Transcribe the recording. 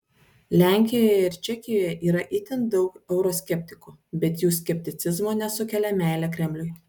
lenkijoje ir čekijoje yra itin daug euroskeptikų bet jų skepticizmo nesukelia meilė kremliui